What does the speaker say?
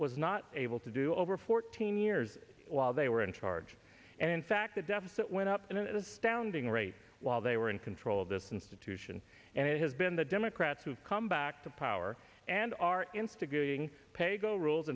was not able to do over fourteen years while they were in charge and in fact the deficit went up and astounding rate while they were in control of this institution and it has been the democrats who have come back to power and are instigating paygo rules